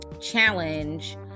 challenge